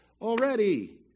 already